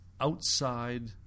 outside